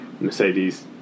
Mercedes